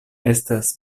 estas